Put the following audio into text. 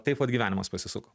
taip vat gyvenimas pasisuko